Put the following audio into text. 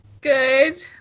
Good